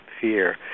fear